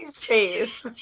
chase